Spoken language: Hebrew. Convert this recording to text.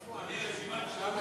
איפה הרשימה?